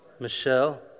Michelle